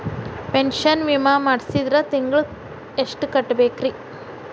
Pension ವಿಮಾ ಮಾಡ್ಸಿದ್ರ ತಿಂಗಳ ಎಷ್ಟು ಕಟ್ಬೇಕ್ರಿ?